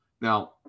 Now